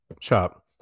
Shop